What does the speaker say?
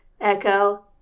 Echo